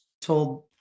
told